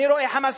אני רואה ש"חמאס"